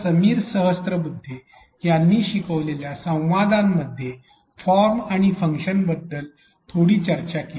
समीर सहस्रबुद्धे यांनी शिकलेल्या संवादामध्ये फॉर्म आणि फंक्शन बद्दल थोडी चर्चा केली